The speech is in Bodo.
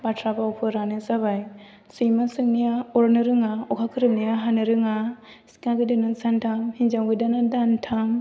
बाथ्रा फाव फोरानो जाबाय सैमा सोंनाया अरनो रोङा अखा खोरोमनाया हानो रोङा सिखा गोदाना सानथाम हिनजाव गोदाना दानथाम